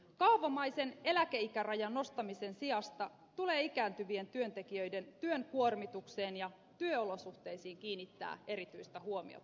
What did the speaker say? kaavamaisen eläkeikärajan nostamisen sijasta tulee ikääntyvien työntekijöiden työn kuormitukseen ja työolosuhteisiin kiinnittää erityistä huomiota